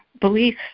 belief